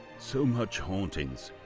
so much hauntings,